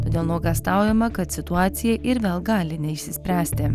todėl nuogąstaujama kad situacija ir vėl gali neišsispręsti